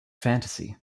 fantasy